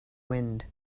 wind